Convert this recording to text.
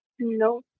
No